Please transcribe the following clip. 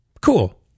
Cool